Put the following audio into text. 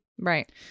right